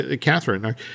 Catherine